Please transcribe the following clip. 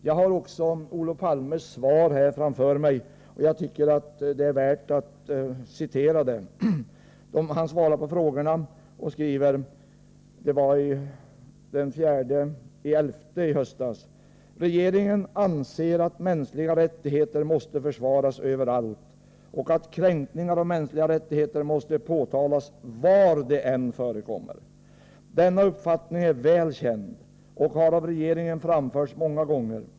Jag har också Olof Palmes svar från den 4 november förra året, och jag tycker det är värt att citera ur det. Olof Palme svarar på de frågor som ställts och skriver bl.a.: ”Regeringen anser att mänskliga rättigheter måste försvaras överallt och att kränkningar av mänskliga rättigheter måste påtalas var de än förekommer. Denna uppfattning är väl känd och har av regeringen framförts många gånger.